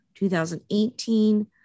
2018